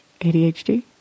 ADHD